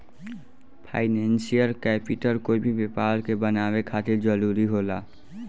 financial capital कोई भी व्यापार के बनावे खातिर जरूरी होला